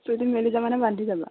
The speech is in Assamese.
চুলি মেলি যাবানে বান্ধি যাব